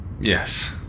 yes